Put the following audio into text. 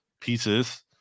pieces